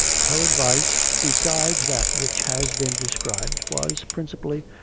her advice, besides that which has been described, was, princi pally,